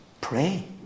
pray